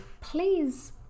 please